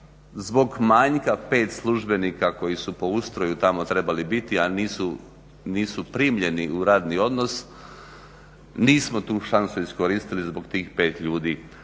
zbog manjka pet službenika koji su po ustroju tamo trebali biti, a nisu primljeni u radni odnos nismo tu šansu iskoristili zbog tih pet ljudi.